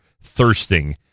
thirsting